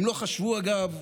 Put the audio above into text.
הם לא חשבו אגב,